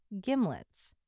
gimlets